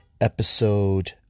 episode